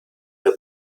der